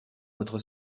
votre